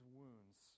wounds